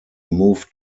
moved